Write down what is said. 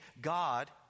God